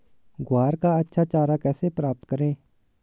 ग्वार का अच्छा चारा कैसे प्राप्त करें?